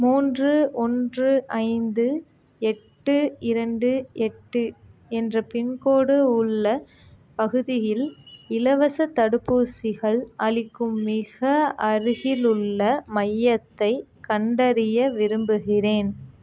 மூன்று ஒன்று ஐந்து எட்டு இரண்டு எட்டு என்ற பின்கோடு உள்ள பகுதியில் இலவசத் தடுப்பூசிகள் அளிக்கும் மிக அருகிலுள்ள மையத்தைக் கண்டறிய விரும்புகிறேன